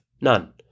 None